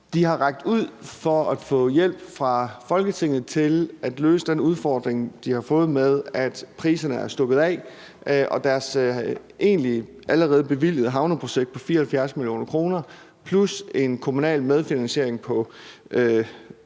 de har rakt ud efter hjælp fra Folketinget til at løse den udfordring, de har fået med, at priserne er stukket af. Og deres egentlig allerede bevilgede havneprojekt på 74 mio. kr. plus en kommunal medfinansiering på